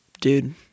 dude